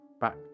back